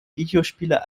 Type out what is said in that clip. videospiele